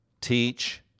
teach